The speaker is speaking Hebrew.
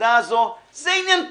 שבנקודה הזו, זה עניין טכני.